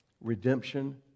redemption